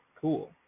cool